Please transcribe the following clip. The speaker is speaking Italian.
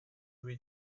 due